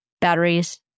batteries